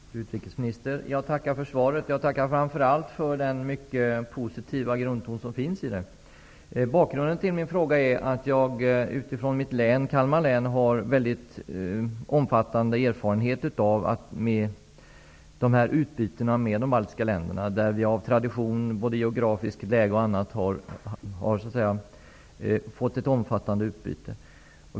Herr talman! Fru utrikesminister! Jag tackar för svaret, framför allt för den mycket positiva grundtonen i det. Bakgrunden till min fråga är att jag utifrån mitt län, Kalmar län, har väldigt omfattande erfarenhet av utbyten med de baltiska länderna. Vi har av tradition, bl.a. på grund av det geografiska läget, fått ett omfattande utbyte.